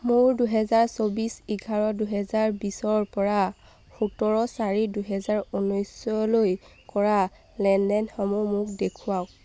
মোৰ দুহেজাৰ চৌব্বিছ এঘাৰ দুহেজাৰ বিছৰ পৰা সোতৰ চাৰি দুহেজাৰ ঊনৈছলৈ কৰা লেনদেনসমূহ মোক দেখুৱাওক